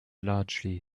largely